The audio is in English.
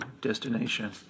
destination